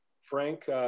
Frank